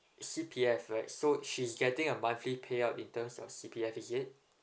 C_P_F right so she's getting a monthly payout in terms of C_P_F is it